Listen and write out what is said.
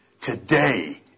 Today